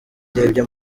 ndebye